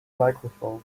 microphone